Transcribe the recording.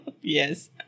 Yes